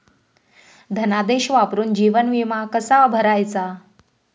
धनादेश वापरून जीवन विमा कसा भरायचा?